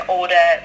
order